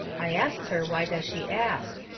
i asts her why does she ast.